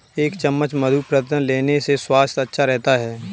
एक चम्मच मधु प्रतिदिन लेने से स्वास्थ्य अच्छा रहता है